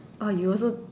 oh you also